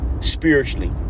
spiritually